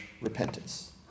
repentance